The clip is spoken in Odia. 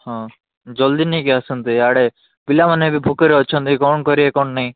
ହଁ ଜଲ୍ଦି ନେଇକି ଆସନ୍ତୁ ଇଆଡ଼େ ପିଲାମାନେ ଏବେ ଭୋକରେ ଅଛନ୍ତି କ'ଣ କରିବେ କ'ଣ ନାହିଁ